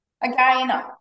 again